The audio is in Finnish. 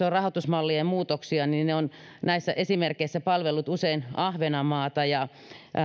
on rahoitusmallien muutoksia ne ovat näissä esimerkeissä palvelleet usein ahvenanmaata